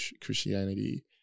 Christianity